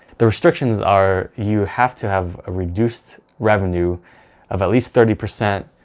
the restrictions are you have to have a reduced revenue of at least thirty percent